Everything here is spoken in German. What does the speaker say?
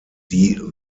die